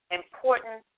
important